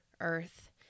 earth